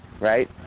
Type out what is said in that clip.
right